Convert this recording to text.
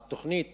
התוכנית